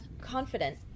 confident